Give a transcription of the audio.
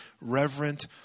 reverent